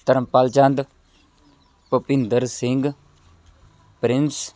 Dharampal Chand Bhupinder Singh Prince